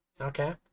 okay